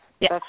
Yes